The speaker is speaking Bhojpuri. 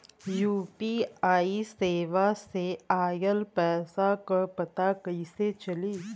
यू.पी.आई सेवा से ऑयल पैसा क पता कइसे चली?